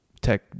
Tech